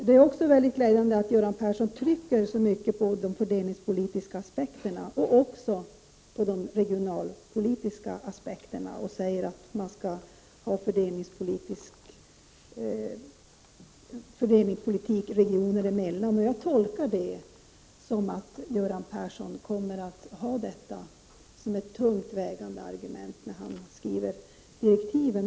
Det är också mycket glädjande att Göran Persson trycker så mycket på detta med de fördelningspolitiska och regionalpolitiska aspekterna. Han talar ju om vikten av fördelningspolitik olika regioner emellan. Jag tolkar det så, att detta kommer att vara ett tungt vägande argument när Göran Persson skriver direktiven.